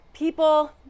People